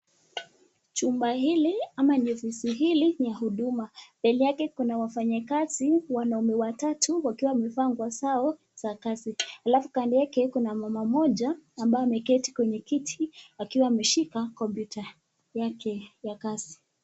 Chumba hili ama ni ofisi hili ni huduma. Mbele yake kuna wafanyikazi, wanaume watatu wakiwa wamevaa nguo zao za kazi alafu kando yake kuna mama mmoja ambaye ameketi kwenye kiti akiwa ameshika kompyuta yake ya kazi.